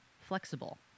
flexible